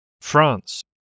France